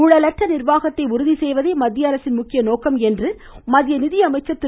ஊழலற்ற நிர்வாகத்தை உறுதிசெய்வதே மத்திய அரசின் முக்கிய நோக்கம் என்று மத்திய நிதியமைச்சர் திரு